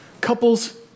Couples